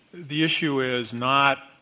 the issue is not,